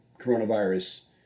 coronavirus